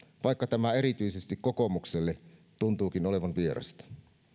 vaikka tämä erityisesti kokoomukselle tuntuukin olevan vierasta